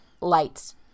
lights